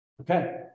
Okay